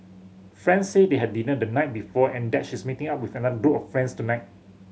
friend say they had dinner the night before and that she's meeting up with another group of friends tonight